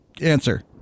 answer